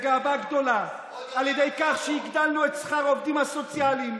בגאווה גדולה על כך שהגדלנו את שכר העובדים הסוציאליים,